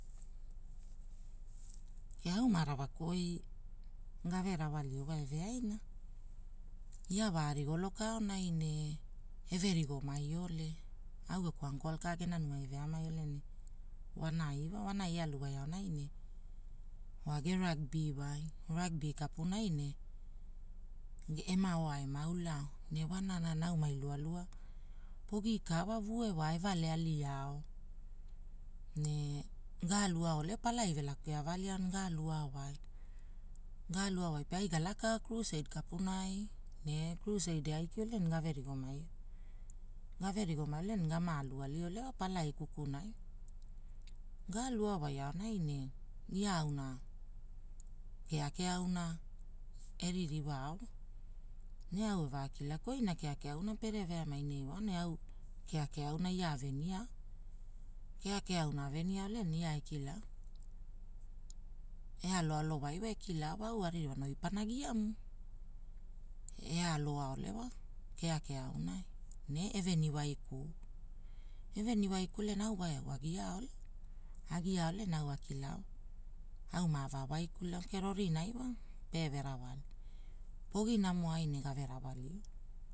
Au marawaku oi gaverawalio wa eveaina, ia wa rigolo keaonai ne everigo maiole au geku anko ka gena numai eveamaiole ne wa wainai ealuwai aonai ne wa ge ragbi wai ragbi kapunai ne ne vonana naumai lualua pogi ka vue wa evelaliao ne galuao ole palai velako eavaalio ne aluaonai pe aigalakao krusaid kapunai ne kruseid eaikiole gararigo maio.